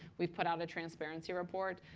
we've put out a transparency report.